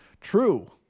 True